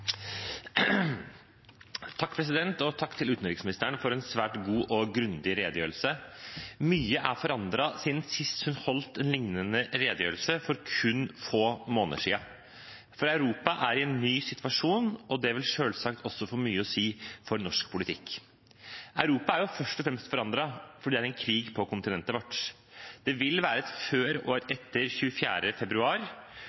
Takk til utenriksministeren for en svært god og grundig redegjørelse. Mye er forandret siden sist hun holdt en lignende redegjørelse, for kun få måneder siden, for Europa er i en ny situasjon, og det vil selvsagt også få mye å si for norsk politikk. Europa er først og fremst forandret fordi det er en krig på kontinentet vårt. Det vil være et før og et